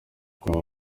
kuri